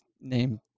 name